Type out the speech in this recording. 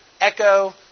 echo